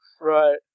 Right